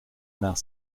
nach